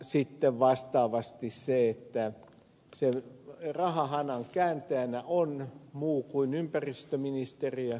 sitten vastaavasti sen rahahanan kääntäjänä on muu kuin ympäristöministeriö